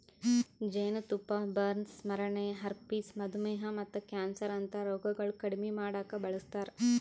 ಜೇನತುಪ್ಪ ಬರ್ನ್ಸ್, ಸ್ಮರಣೆ, ಹರ್ಪಿಸ್, ಮಧುಮೇಹ ಮತ್ತ ಕ್ಯಾನ್ಸರ್ ಅಂತಾ ರೋಗಗೊಳ್ ಕಡಿಮಿ ಮಾಡುಕ್ ಬಳಸ್ತಾರ್